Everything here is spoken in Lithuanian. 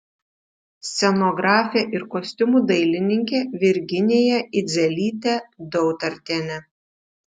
scenografė ir kostiumų dailininkė virginija idzelytė dautartienė